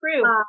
true